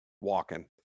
walking